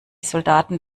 soldaten